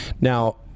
Now